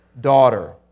daughter